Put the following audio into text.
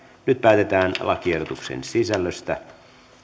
nyt päätetään lakiehdotuksen sisällöstä